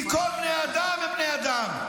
כי כל בני האדם הם בני אדם.